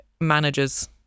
managers